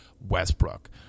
Westbrook